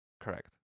Correct